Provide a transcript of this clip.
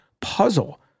puzzle